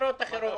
במטרות אחרות,